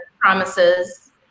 promises